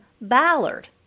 Ballard